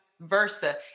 Versa